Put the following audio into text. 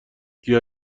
گیاه